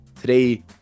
Today